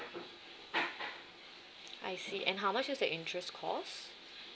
I see and how much does the interest cost